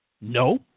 No